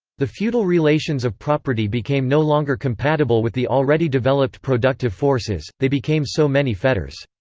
the feudal relations of property became no longer compatible with the already developed productive forces they became so many fetters.